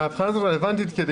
ההבחנה הזאת רלוונטית כי,